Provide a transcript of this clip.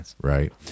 Right